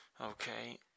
Okay